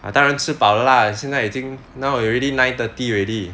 err 当然吃饱了 lah 现在已经 now already nine thirty already